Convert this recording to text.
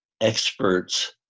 experts